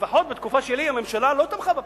לפחות בתקופה שלי הממשלה לא תמכה בפירוק.